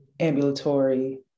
ambulatory